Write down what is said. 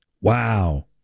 Wow